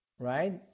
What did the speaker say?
Right